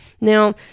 Now